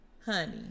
honey